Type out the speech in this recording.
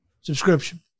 subscription